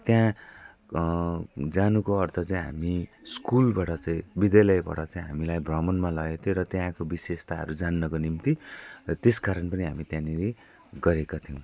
त्यहाँ जानुको अर्थ चाहिँ हामी स्कुलबाट चाहिँ विद्यालयबाट चाहिँ हामीलाई भ्रमणमा लगेको थियो र त्यहाँका विशेषताहरू जान्नको निम्ति र त्यसकारण पनि हामी त्यहाँनिर गएका थियौँ